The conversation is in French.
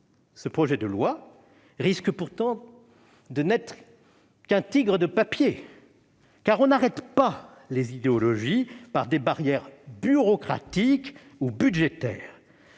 Ce projet de loi risque pourtant de n'être qu'un tigre de papier, car on n'arrête pas les idéologies par des barrières bureaucratiques ou budgétaires.